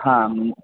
हां